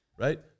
right